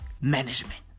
management